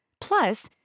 Plus